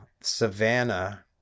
Savannah